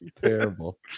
Terrible